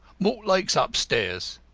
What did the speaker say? mortlake's upstairs,